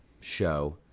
show